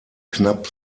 knapp